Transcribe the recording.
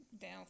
down